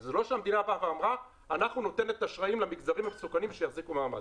זה לא שהמדינה אמרה "אני נותנת אשראים למגזרים המסוכנים שיחזיקו מעמד"